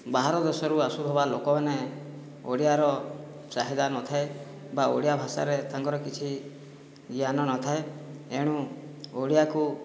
ବାହାର ଦେଶରୁ ଆସୁଥିବା ଲୋକମାନେ ଓଡ଼ିଆର ଚାହିଦା ନଥାଏ ବା ଓଡ଼ିଆ ଭାଷାରେ ତାଙ୍କର କିଛି ଜ୍ଞାନ ନଥାଏ ଏଣୁ ଓଡ଼ିଆକୁ